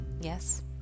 Yes